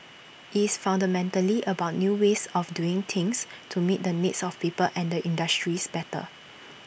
it's fundamentally about new ways of doing things to meet the needs of people and industries better